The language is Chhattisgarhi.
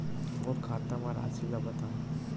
मोर खाता म राशि ल बताओ?